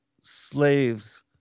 slaves